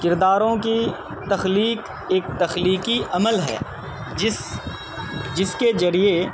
کرداروں کی تخلیق ایک تخلیقی عمل ہے جس جس کے ذریعے